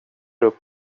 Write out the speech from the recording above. upp